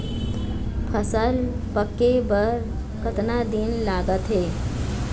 फसल पक्के बर कतना दिन लागत हे?